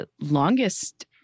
longest